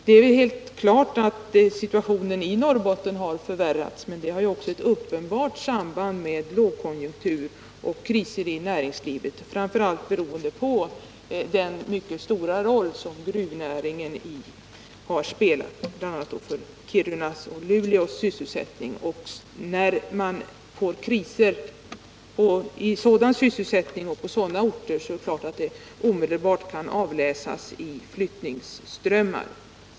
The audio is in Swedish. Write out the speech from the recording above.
Det är helt klart att situationen i Norrbotten har förvärrats, men det har ju också ett uppenbart samband med lågkonjunktur och kriser i näringslivet, framför allt beroende på den mycket stora roll som gruvnäringen har spelat för sysselsättningen i bl.a. Kiruna och Luleå. När det uppstår kriser i en sådan bransch och på sådana orter så är det klart att det omedelbart kan avläsas i flyttningsströmmar.